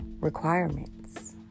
requirements